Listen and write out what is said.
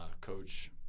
Coach